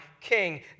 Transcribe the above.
king